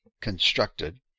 constructed